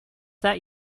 that